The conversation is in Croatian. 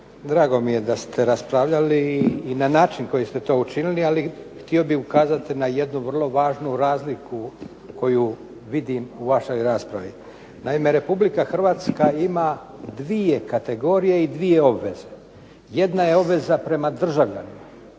drago mi je da ste raspravljali i na način koji ste to učinili, ali htio bih ukazati na jednu vrlo važnu razliku koju vidim u vašoj raspravi. Naime Republika Hrvatska ima dvije kategorije i dvije obveze. Jedna je obveza prema državljanima,